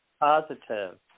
positive